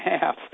half